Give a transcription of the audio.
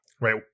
Right